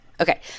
Okay